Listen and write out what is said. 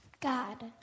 God